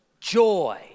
joy